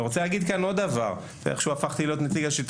אני רוצה להגיד עוד דבר איך שהוא הפכתי להיות נציג השלטון